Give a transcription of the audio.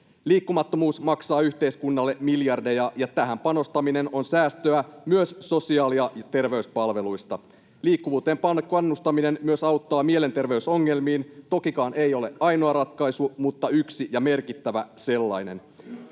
Liikkumattomuus maksaa yhteiskunnalle miljardeja, ja tähän panostaminen on säästöä myös sosiaali- ja terveyspalveluista. Liikkuvuuteen kannustaminen auttaa myös mielenterveysongelmiin — tokikaan se ei ole ainoa ratkaisu, mutta yksi ja merkittävä sellainen.